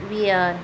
wear